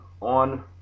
on